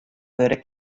wurde